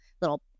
little